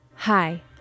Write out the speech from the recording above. Hi